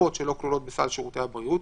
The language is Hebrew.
תרופות שלא כלולות בסל שירותי הבריאות,